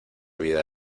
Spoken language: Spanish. vida